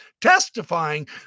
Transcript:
testifying